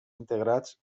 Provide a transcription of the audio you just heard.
integrats